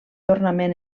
ornament